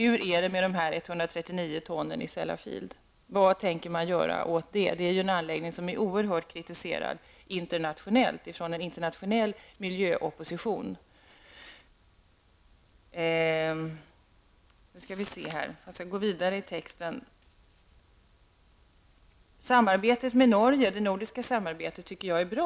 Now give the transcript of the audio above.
Hur är det med dessa 139 ton bränsle i Sellafield? Vad tänker man göra åt det? Det är en anläggning som är oerhört kritiserad av den internationella miljöoppositionen. Det nordiska samarbetet tycker jag är bra.